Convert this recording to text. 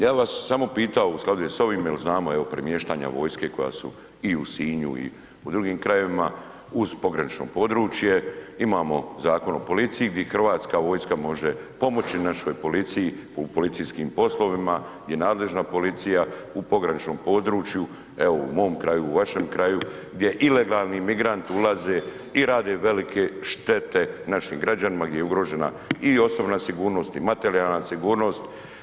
Ja bih vas samo pitao u skladu je s ovim, znamo premještanja vojske koja su i u Sinju i u drugim krajevima uz pogranično područje, imamo Zakon o policiji gdje Hrvatska vojska može pomoći našoj policiji u policijskim poslovima gdje nadležna policija u pograničnom području evo u mom kraju, u vašem kraju gdje ilegalni migranti ulaze i rade velike štete našim građanima gdje je ugrožena i osobna sigurnost i materijalna sigurnost.